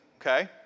Okay